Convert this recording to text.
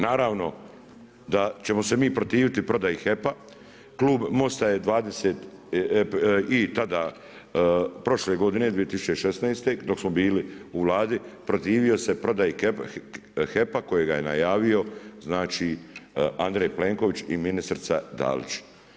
Naravno, da ćemo se mi protiviti prodaji HEP-a, klub Mosta je i tada prošle godine 2016. dok smo bili u Vladi, protivio se prodaji HEP-a kojega je najavio, znači Andrej Plenković i ministrica Dalić.